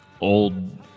old